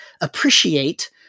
appreciate